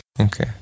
Okay